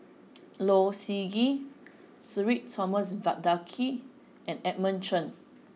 Low Siew Nghee Sudhir Thomas Vadaketh and Edmund Cheng